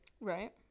right